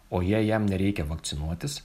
o jei jam nereikia vakcinuotis